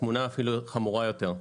התמונה אפילו חמורה יותר: